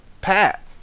Pat